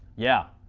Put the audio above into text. yeah.